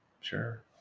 sure